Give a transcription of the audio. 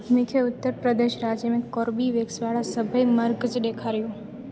मूंखे उत्तर प्रदेश राज्य में कोर्बीवेक्स वारा सभई मर्कज़ ॾेखारियो